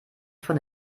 von